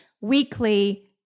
weekly